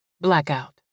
Blackout